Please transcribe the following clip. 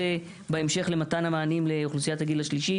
אולי גם אפשר לזהות לפי מספר תעודת הזהות אם אתה ותיק או לא,